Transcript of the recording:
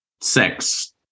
sex